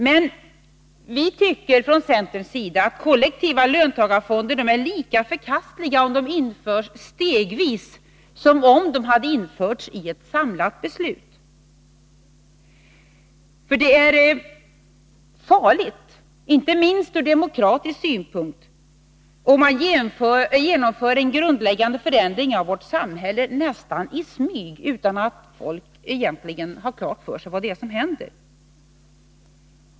Men vi tycker från centerns sida att kollektiva löntagarfonder är lika förkastliga om de införs stegvis som om de hade införts i ett samlat beslut. För det är farligt, inte minst ur demokratisk synpunkt, om man genomför en grundläggande förändring i samhället nästan i smyg — utan att folk egentligen har klart för sig vad det är som händer.